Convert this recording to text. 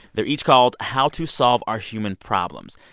they're each called how to solve our human problems.